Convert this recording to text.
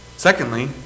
Secondly